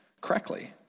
correctly